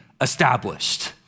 established